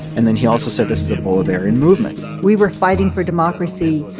and then he also said, this is a bolivarian movement we were fighting for democracy.